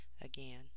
Again